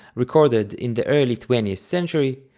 recorded in the early twentieth century,